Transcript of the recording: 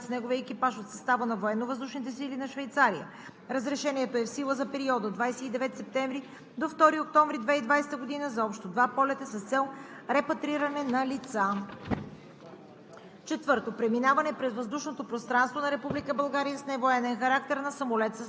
3. Преминаването през въздушното пространство на Република България с невоенен характер на самолет с неговия екипаж от състава на Военновъздушните сили на Швейцария. Разрешението е в сила за периода от 29 септември до 2 октомври 2020 г. за общо два полета с цел репатриране на лица.